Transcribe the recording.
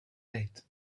night